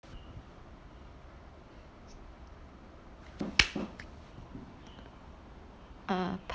err